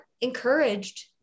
encouraged